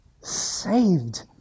saved